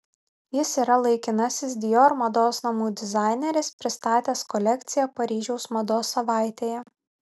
jis yra ir laikinasis dior mados namų dizaineris pristatęs kolekciją paryžiaus mados savaitėje